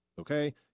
Okay